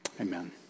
Amen